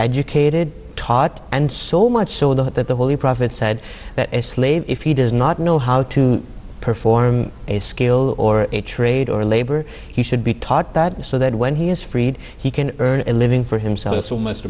educated taught and so much so that the holy prophet said that a slave if he does not know how to perform a skill or a trade or labor he should be taught that and so that when he is freed he can earn a living for himself for almost